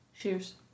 cheers